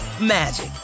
magic